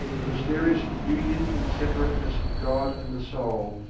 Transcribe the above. the mysterious union-in-separateness of god and the soul,